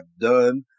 done